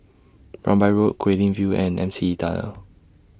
Rambai Road Guilin View and M C E Tunnel